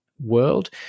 world